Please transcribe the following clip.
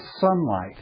sunlight